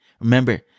Remember